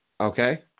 Okay